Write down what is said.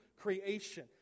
creation